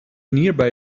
nearby